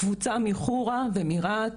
קבוצה מחורה ומרהט,